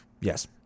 Yes